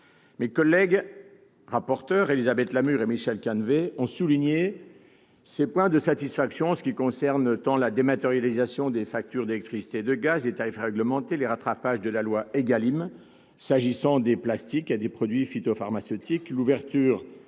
Mes collègues rapporteurs Élisabeth Lamure et Michel Canevet ont souligné ces points de satisfaction : ils concernent la dématérialisation des factures d'électricité et de gaz, les tarifs réglementés, les rattrapages de la loi Égalim s'agissant des plastiques et des produits phytopharmaceutiques, l'ouverture